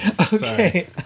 Okay